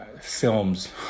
films